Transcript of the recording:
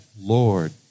Lord